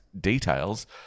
Details